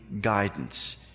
guidance